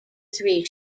three